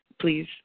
Please